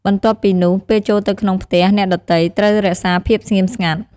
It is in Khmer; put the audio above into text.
បន្ទាប់ពីនោះ ពេលចូលទៅក្នុងផ្ទះអ្នកដទៃត្រូវរក្សាភាពស្ងៀមស្ងាត់។